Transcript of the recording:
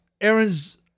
Aaron's